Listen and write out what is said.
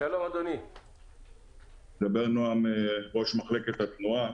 אני ראש מחלקת התנועה.